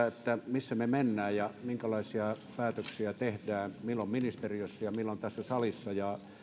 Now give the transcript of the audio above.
missä mennään ja minkälaisia päätöksiä tehdään milloin ministeriössä ja milloin tässä salissa